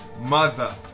mother